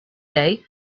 day